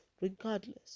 regardless